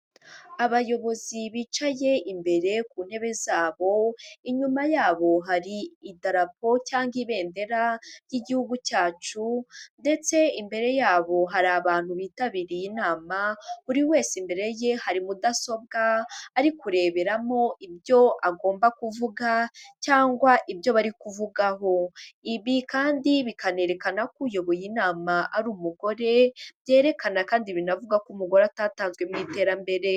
Abayobozi bicaye imbere ku ntebe zabo, inyuma yabo hari idarapo cyangwa ibendera ry'igihugu cyacu ndetse imbere yabo hari abantu bitabiriye inama, buri wese imbere ye hari mudasobwa ari kureberamo ibyo agomba kuvuga cyangwa ibyo bari kuvugaho, ibi kandi bikanerekana ko uyoboye inama ari umugore byerekana kandi binavuga ko umugore atatanzwe mu iterambere.